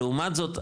לעומת זאת,